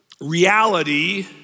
reality